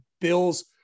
Bills